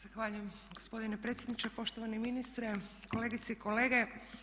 Zahvaljujem gospodine predsjedniče, poštovani ministre, kolegice i kolege.